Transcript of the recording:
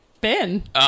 Ben